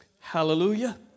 Hallelujah